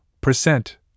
percent